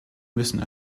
müssen